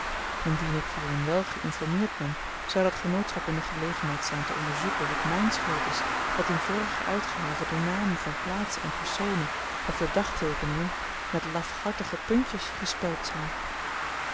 indien ik hierin wèl geïnformeerd ben zou dat genootschap in de gelegenheid zyn te onderzoeken of t myn schuld is dat in vorige uitgaven de namen van plaatsen en personen of de dagteekeningen met lafhartige puntjes gespeld zyn